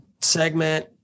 segment